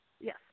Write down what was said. Yes